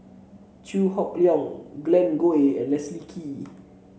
Chew Hock Leong Glen Goei and Leslie Kee